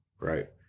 right